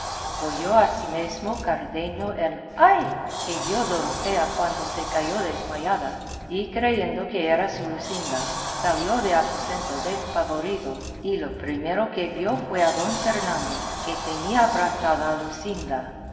ella oyó asimesmo cardenio el ay que dio dorotea cuando se cayó desmayada y creyendo que era su luscinda salió del aposento despavorido y lo primero que vio fue a don fernando que tenía abrazada a luscinda